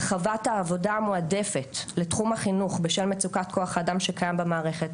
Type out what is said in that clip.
הרחבת העבודה המועדפת לתחום החינוך בשל מצוקת כוח האדם שקיים במערכת,